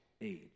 age